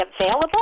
available